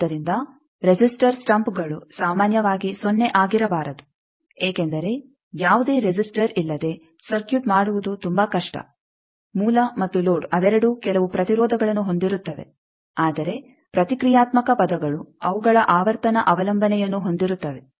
ಆದ್ದರಿಂದ ರೆಸಿಸ್ಟರ್ ಸ್ಟಂಪ್ಗಳು ಸಾಮಾನ್ಯವಾಗಿ ಸೊನ್ನೆ ಆಗಿರಬಾರದು ಏಕೆಂದರೆ ಯಾವುದೇ ರೆಸಿಸ್ಟರ್ ಇಲ್ಲದೆ ಸರ್ಕ್ಯೂಟ್ ಮಾಡುವುದು ತುಂಬಾ ಕಷ್ಟ ಮೂಲ ಮತ್ತು ಲೋಡ್ ಅವೆರಡೂ ಕೆಲವು ಪ್ರತಿರೋಧಗಳನ್ನು ಹೊಂದಿರುತ್ತವೆ ಆದರೆ ಪ್ರತಿಕ್ರಿಯಾತ್ಮಕ ಪದಗಳು ಅವುಗಳ ಆವರ್ತನ ಅವಲಂಬನೆಯನ್ನು ಹೊಂದಿರುತ್ತವೆ